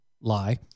lie